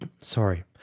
sorry